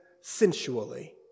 sensually